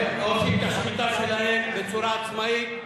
הם רוצים את השחיטה שלהם בצורה עצמאית,